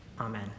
Amen